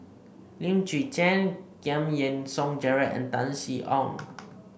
Lim Chwee Chian Giam Yean Song Gerald and Tan Sin Aun